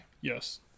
Yes